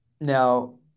now